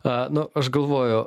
a nu aš galvoju